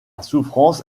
souffrance